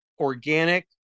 organic